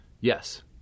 Yes